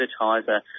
Advertiser